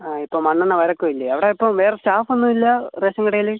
ആ ഇപ്പം മണ്ണെണ്ണ വരക്കവില്ലെ അവിടെ ഇപ്പം വേറെ സ്റ്റാഫൊന്നും ഇല്ല റേഷൻ കടയിൽ